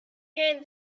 hand